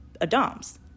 Adam's